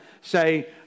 say